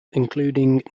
including